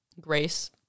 grace